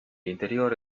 interior